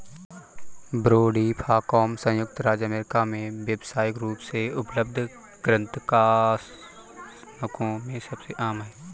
brodifacoum संयुक्त राज्य America में व्यावसायिक रूप से उपलब्ध कृंतकनाशकों में सबसे आम है